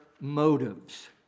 motives